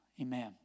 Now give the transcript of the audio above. amen